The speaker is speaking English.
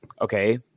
okay